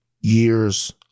years